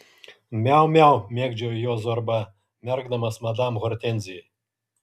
miau miau mėgdžiojo juos zorba merkdamas madam hortenzijai